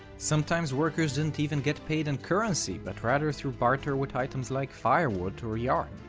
sometimes workers didn't even get paid in currency, but rather through barter with items like firewood or yarn.